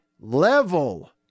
level